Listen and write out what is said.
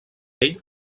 ell